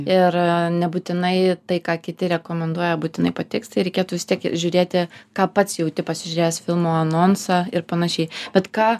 ir nebūtinai tai ką kiti rekomenduoja būtinai patiks tai reikėtų vis tiek žiūrėti ką pats jauti pasižiūrėjęs filmo anonsą ir panašiai bet ką